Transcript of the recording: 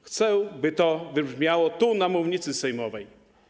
Chcę, by to wybrzmiało tu, na mównicy sejmowej.